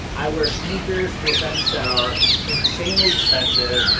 i wear sneakers to events that are insanely expensive.